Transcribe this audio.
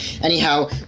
Anyhow